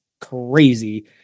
crazy